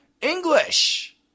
English